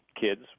kids